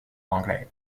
anglaise